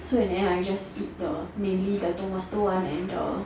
so in the end I just eat the mainly the tomato one and the